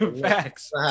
Facts